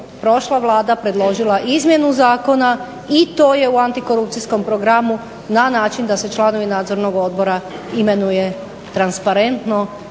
prošla Vlada predložila izmjenu Zakona i to je u antikorupcijskom programu na način da se članovi nadzornih odbora imenuje transparentno